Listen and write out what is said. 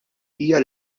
hija